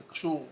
זה קשור,